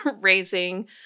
raising